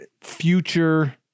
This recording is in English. future